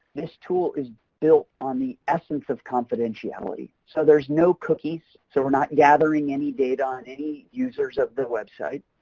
this tool is built on the essence of confidentiality, so there's no cookies, so we're not gathering any data on any users of the website.